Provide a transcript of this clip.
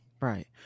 Right